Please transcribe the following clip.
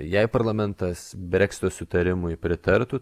jei parlamentas breksito susitarimui pritartų